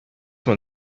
man